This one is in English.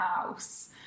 house